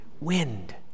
wind